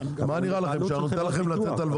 מה נראה לכם שאנחנו ניתן לכם הלוואות